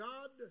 God